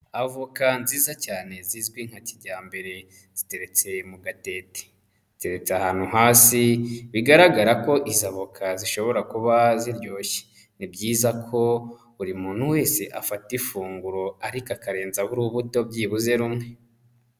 Avoka nziza cyane zizwi nka kijyambere ziteretse mu gatete, ziteretse ahantu hasi bigaragara ko izi avoka zishobora kuba ziryoshye, ni byiza ko buri muntu wese afata ifunguro ariko akarenzaho urubuto byibuze rumwe.